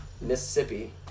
Mississippi